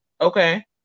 Okay